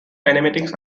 kinematics